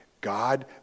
God